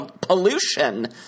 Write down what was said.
pollution